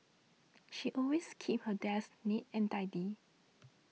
she always keeps her desk neat and tidy